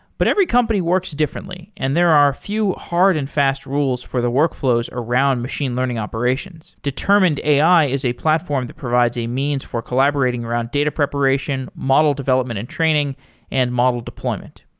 but every company works differently and there are few hard and fast rules for the workflows around machine learning operations. determined ai is a platform that provides a means for collaborating around data preparation, model development and training and model deployment.